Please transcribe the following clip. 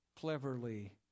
cleverly